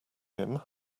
him